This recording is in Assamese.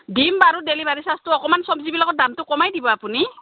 দিম বাৰু ডেলিভাৰী ছাৰ্জটো অকণমান চব্জিবিলাকৰ দামটো কমাই দিব আপুনি